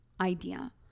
idea